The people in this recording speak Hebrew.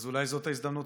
אז אולי זאת ההזדמנות